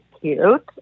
cute